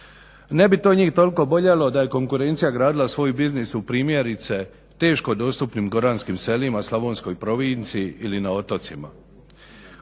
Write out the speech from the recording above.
Ne bi to njih toliko boljelo da je konkurencija gradila svoj biznis u primjerice teško dostupnim goranskim selima, slavonskoj provinciji ili na otocima.